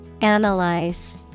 Analyze